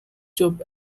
job